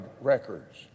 records